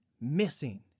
missing